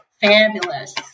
Fabulous